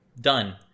done